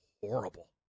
horrible